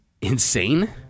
insane